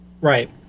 Right